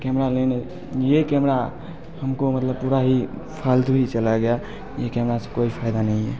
camera लेने ये camera हम को मतलब पूरा ही फालतू ही चला गया ये कैमरा से कोई फ़ायदा नहीं है